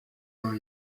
dans